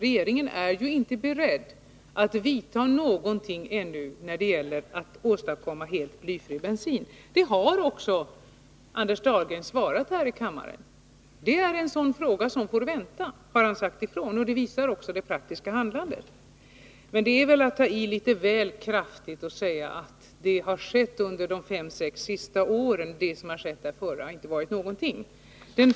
— regeringen är ju inte beredd att vidta några åtgärder ännu för att få fram helt blyfri bensin. Det har också Anders Dahlgren sagt här i kammaren. Det är en sådan fråga som får vänta, har han sagt ifrån, och det visas också genom regeringens praktiska handlande. Men det är väl att ta i litet väl kraftigt att säga att det som har skett har skett under de fem sex senaste åren och att det som varit dessförinnan inte har varit någonting.